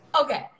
Okay